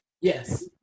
Yes